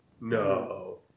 No